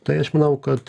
tai aš manau kad